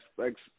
Thanks